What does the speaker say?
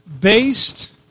based